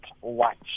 watch